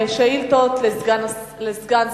לקריאה שנייה ושלישית לוועדת הכספים של הכנסת.